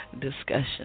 discussion